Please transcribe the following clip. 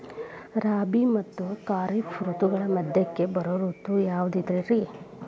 ರಾಬಿ ಮತ್ತ ಖಾರಿಫ್ ಋತುಗಳ ಮಧ್ಯಕ್ಕ ಬರೋ ಋತು ಯಾವುದ್ರೇ?